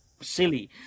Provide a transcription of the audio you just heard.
silly